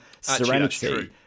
Serenity